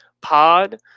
Pod